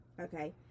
Okay